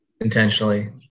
intentionally